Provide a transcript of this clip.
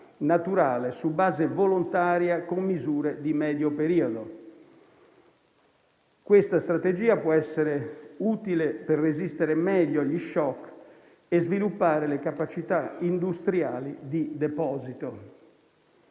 naturale su base volontaria con misure di medio periodo. Questa strategia può essere utile per resistere meglio agli *shock* e sviluppare le capacità industriali di deposito.